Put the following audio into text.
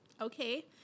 Okay